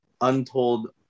untold